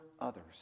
others